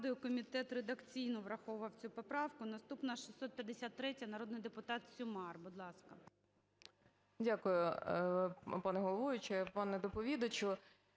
Дякую, пані головуюча і пане доповідачу.